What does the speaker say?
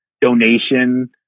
donation